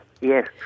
Yes